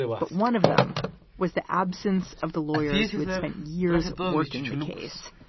but one of them was the absence of the lawyers who had spent years working the case.